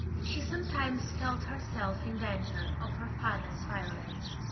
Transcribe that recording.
she sometimes felt herself in danger of her father's violence.